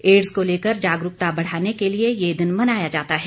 AIDS को लेकर जागरुकता बढ़ाने के लिए यह दिन मनाया जाता है